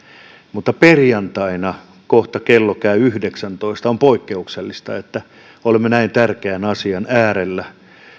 mutta perjantaina kohta kello käy yhdeksäätoista on poikkeuksellista että olemme näin tärkeän asian äärellä